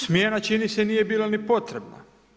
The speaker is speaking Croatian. Smjena čini se, nije bila ni potrebna.